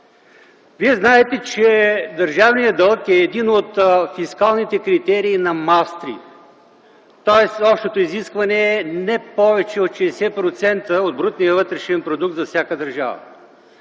Вие знаете, че държавният дълг е един от фискалните критерии на Маастрихт, тоест общото изискване е за не повече от 60% от брутния вътрешен продукт за всяка държава.